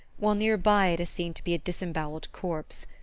while near by it is seen to be a disembowelled corpse.